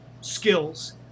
skills